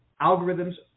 Algorithms